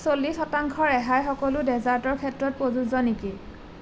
চল্লিছ শতাংশ ৰেহাই সকলো ডেজাৰ্টৰ ক্ষেত্ৰতে প্ৰযোজ্য নেকি